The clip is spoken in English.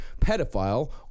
pedophile